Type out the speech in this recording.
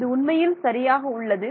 இது உண்மையில் சரியாக உள்ளது